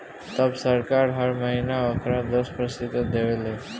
तब सरकार हर महीना ओकर दस प्रतिशत देवे ले